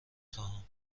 خواهم